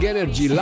Energy